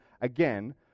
again